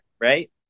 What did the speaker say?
right